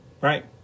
right